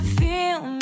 feel